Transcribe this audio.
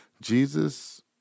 Jesus